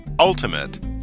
Ultimate